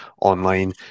online